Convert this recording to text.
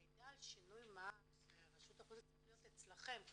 המידע על שינוי מען צריך להיות אצלכם,